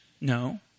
No